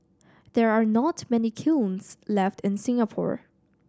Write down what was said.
there are not many kilns left in Singapore